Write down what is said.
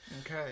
Okay